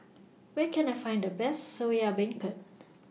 Where Can I Find The Best Soya Beancurd